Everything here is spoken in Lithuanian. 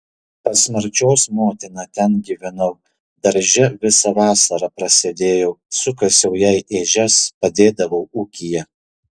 pas marčios motiną ten gyvenau darže visą vasarą prasėdėjau sukasiau jai ežias padėdavau ūkyje